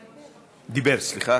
דיבר, סליחה.